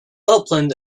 upland